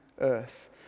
earth